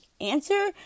answer